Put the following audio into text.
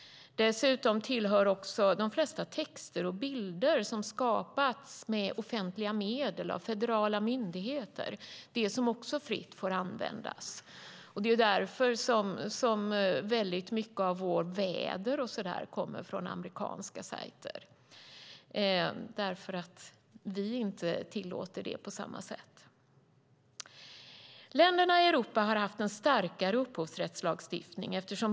Dessutom tillhör de flesta texter och bilder som skapats med offentliga medel av federala myndigheter det som fritt får användas. Det är därför som mycket av våra väderrapporter kommer från amerikanska sajter eftersom vi inte tillåter användning av information på samma sätt. Länderna i Europa har haft en starkare upphovsrättslagstiftning.